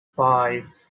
five